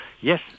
Yes